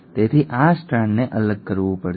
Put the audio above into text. તેથી આ સ્ટ્રાન્ડને અલગ કરવું પડશે